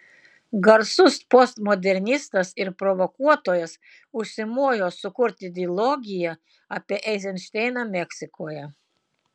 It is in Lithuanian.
garsus postmodernistas ir provokuotojas užsimojo sukurti dilogiją apie eizenšteiną meksikoje